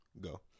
go